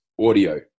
audio